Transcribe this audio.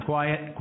Quiet